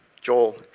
Joel